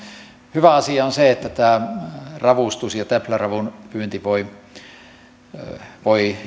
hyvä asia on se että ravustus ja täpläravun pyynti voivat